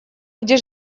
где